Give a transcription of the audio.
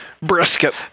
brisket